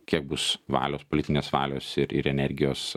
kiek bus valios politinės valios ir ir energijos